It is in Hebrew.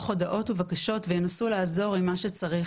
הודעות ובקשות וינסו לעזור עם מי שצריך,